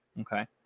Okay